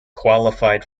qualified